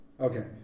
Okay